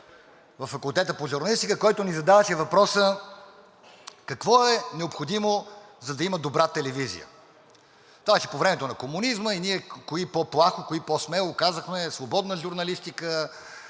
във Факултета по журналистика, който ни задаваше въпроса: „Какво е необходимо, за да има добра телевизия?“ Това беше по времето на комунизма и ние кои по-плахо, кои по-смело казахме: „Свободна журналистика,